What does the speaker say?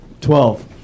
Twelve